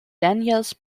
daniels